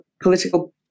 political